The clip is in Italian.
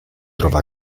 trova